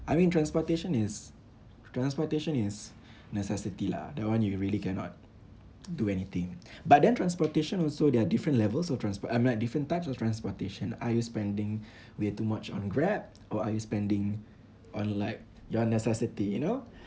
I mean transportation is transportation is necessity lah that one you really cannot do anything but then transportation also there are different levels of transport I mean like different types of transportation are you spending way too much on Grab or are you spending on like your necessity you know